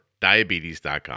diabetes.com